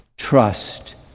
Trust